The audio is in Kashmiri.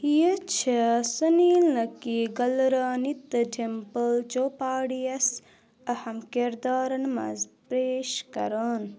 یہِ چھےٚ سُنیٖل نٔکی گلرانی تہٕ ڈِمپٕل چوپاڈِیس اہم کِردارن منٛز پیش کران